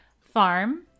farm